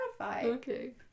Okay